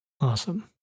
Awesome